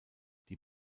die